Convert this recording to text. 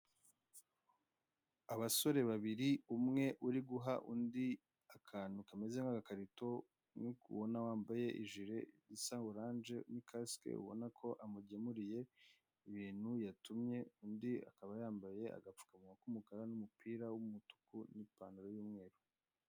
Abasore babiri, umwe uri guha undi akantu kameze nk'agakarito nk'uko ubona wambaye ijiri isa oranje n'ikasike, ubona ko amugemuriye ibintu yatumye, undi akaba yambaye agapfukanwa k'umukara n'umupira w'umutuku n'ipantaro y'umweru.